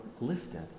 lifted